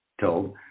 told